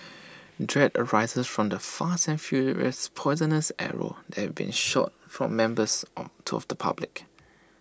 dread arises from the fast and furious poisonous arrows that have been shot from members of the public